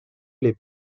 les